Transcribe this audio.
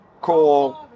call